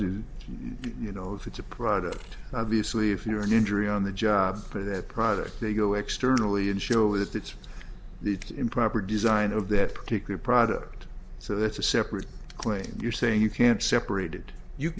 to you know if it's a product obviously if you are an injury on the job for that product that you externally and show that it's the improper design of that particular product so that's a separate claim you're saying you can't separated you